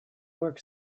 work